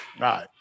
right